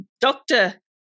doctor